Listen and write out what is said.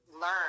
learn